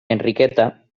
enriqueta